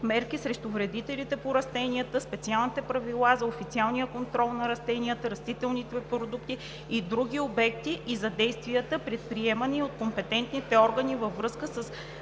мерки срещу вредителите по растенията, специалните правила за официалния контрол на растения, растителни продукти и други обекти и за действията, предприемани от компетентните органи във връзка